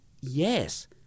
yes